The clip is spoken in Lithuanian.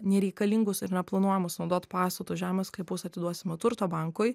nereikalingus ir neplanuojamus naudot pastatus žemės sklypus atiduosime turto bankui